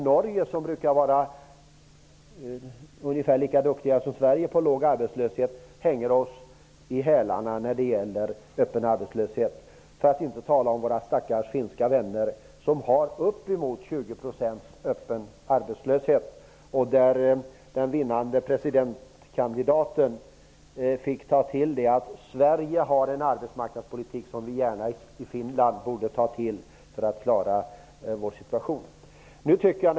Norge, där man brukar vara lika duktig som vi i Sverige på att ha en låg arbetslöshet, hänger oss i hälarna när det gäller den öppna arbetslösheten -- för att inte tala om våra stackars finska vänner som har uppemot 20 % öppen arbetslöshet och där den vinnande presidentkandidaten uttalade att Sverige för en arbetsmarknadspolitik som man gärna borde ta till i Finland för att klara situationen.